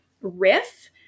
riff